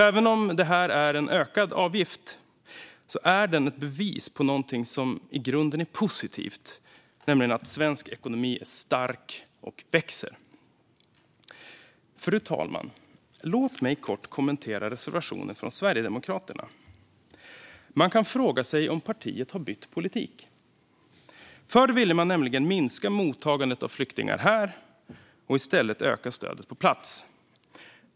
Även om detta är en ökad avgift är den alltså ett bevis på någonting som i grunden är positivt, nämligen att svensk ekonomi är stark och växer. Fru talman! Låt mig kort kommentera reservationen från Sverigedemokraterna. Man kan fråga sig om partiet har bytt politik. Förr ville man nämligen minska mottagandet av flyktingar här och i stället öka stödet på plats.